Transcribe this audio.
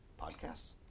podcasts